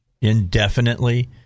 indefinitely